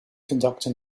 conductor